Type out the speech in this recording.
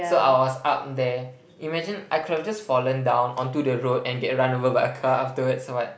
so I was up there imagine I could have just fallen down onto the road and get run over by a car afterwards but